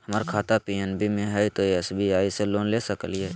हमर खाता पी.एन.बी मे हय, तो एस.बी.आई से लोन ले सकलिए?